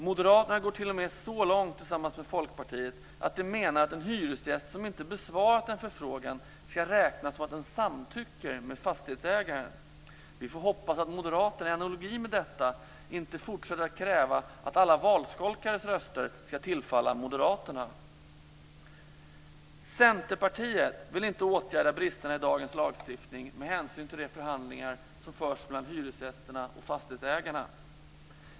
Moderaterna tillsammans med Folkpartiet går t.o.m. så långt att de menar att om en hyresgäst inte besvarat en förfrågan ska det räknas som att han samtycker med fastighetsägaren. Vi får hoppas att Moderaterna inte i analogi med detta fortsätter att kräva att alla valskolkares röster ska tillfalla Moderaterna. Centerpartiet vill inte åtgärda bristerna i dagens lagstiftning med hänsyn till de förhandlingar som förs mellan hyresgästerna och fastighetsägarna.